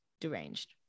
deranged